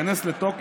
זה ייכנס לתוקף,